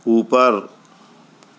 ऊपर